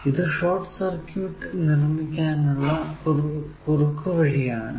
ഇത് ഒരു short circuit നിർമിക്കാനുള്ള ഒരു കുറുക്കുവഴി ആണ്